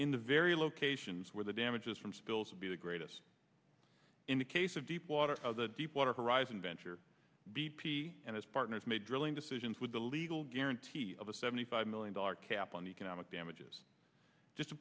in the very locations where the damages from spills would be the greatest in the case of deepwater the deepwater horizon venture b p and its partners made drilling decisions with the legal guarantee of a seventy five million dollars cap on economic damages just